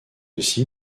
aussi